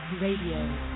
RADIO